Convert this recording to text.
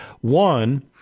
One